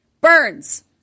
Burns